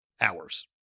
Hours